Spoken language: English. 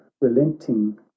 relenting